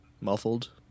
muffled